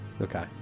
Okay